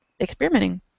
experimenting